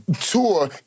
tour